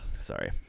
Sorry